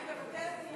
אני מוותרת.